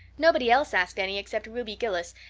nobody else asked any except ruby gillis,